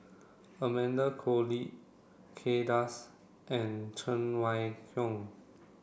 Amanda Koe Lee Kay Das and Cheng Wai Keung